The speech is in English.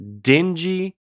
dingy